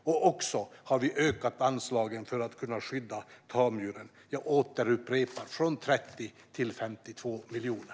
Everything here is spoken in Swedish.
Vi har också ökat anslagen från 30 till 52 miljoner för att kunna skydda tamdjuren.